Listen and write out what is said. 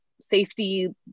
safety